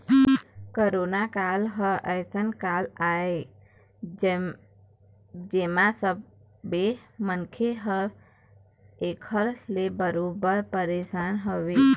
corona काल ह अइसन काल आय जेमा सब्बे मनखे ह ऐखर ले बरोबर परसान हवय